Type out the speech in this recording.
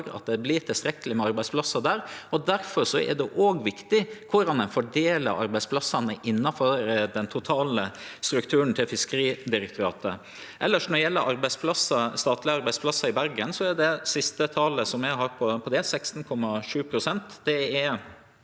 at det vert tilstrekkeleg med arbeidsplassar der. Difor er det òg viktig korleis ein fordeler arbeidsplassane innanfor den totale strukturen til Fiskeridirektoratet. Når det gjeld statlege arbeidsplassar i Bergen, er det siste talet eg har på det,